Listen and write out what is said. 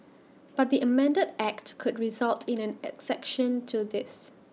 but the amended act could result in an exception to this